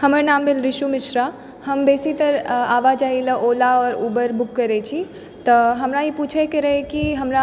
हमर नाम भेल रिशु मिश्रा हम बेसी तर आवाजाही लए ओला उबेर बुक करै छी तऽ हमरा ई पूछैके रहै कि हमरा